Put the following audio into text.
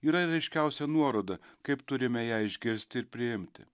yra ryškiausia nuoroda kaip turime ją išgirsti ir priimti